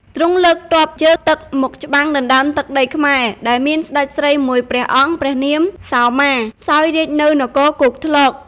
ទ្រង់លើកទ័ពជើងទឹកមកច្បាំងដណ្ដើមទឹកដីខ្មែរដែលមានស្ដេចស្រីមួយព្រះអង្គព្រះនាម សោមា សោយរាជ្យនៅនគរគោកធ្លក។